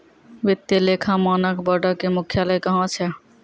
वित्तीय लेखा मानक बोर्डो के मुख्यालय कहां छै?